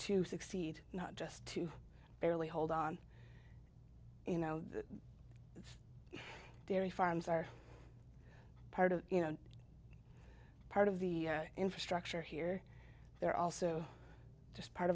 to succeed not just to barely hold on you know the dairy farms are part of you know part of the infrastructure here they're also just part